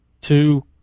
two